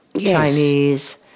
Chinese